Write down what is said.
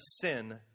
sin